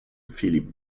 filip